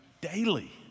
Daily